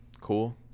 cool